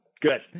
Good